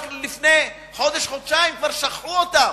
רק לפני חודש-חודשיים, וכבר שכחו אותם,